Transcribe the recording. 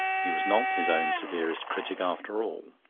he was not his own severest critic after all.